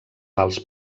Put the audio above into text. pals